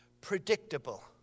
predictable